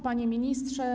Panie Ministrze!